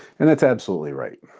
and that's absolutely right.